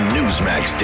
Newsmax